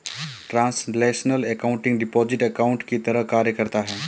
translational accounting deposit account की तरह कार्य करता है